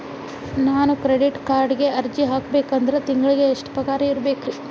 ನಾನು ಕ್ರೆಡಿಟ್ ಕಾರ್ಡ್ಗೆ ಅರ್ಜಿ ಹಾಕ್ಬೇಕಂದ್ರ ತಿಂಗಳಿಗೆ ಎಷ್ಟ ಪಗಾರ್ ಇರ್ಬೆಕ್ರಿ?